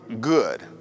good